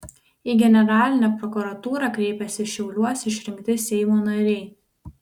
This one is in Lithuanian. į generalinę prokuratūrą kreipėsi šiauliuos išrinkti seimo nariai